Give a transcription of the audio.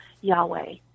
Yahweh